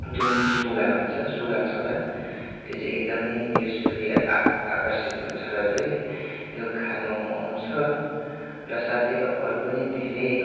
जुन चाहिँ सुगा हुन्छ सुगा चरा त्यो चाहिँ एकदमै त्यसप्रति आ आकर्षित हुन्छ र चाहिँ त्यो खानु आउँछ र साथै अरू पनि धेरै